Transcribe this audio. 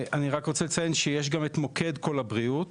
אציין שיש גם את מוקד קול הבריאות,